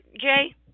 Jay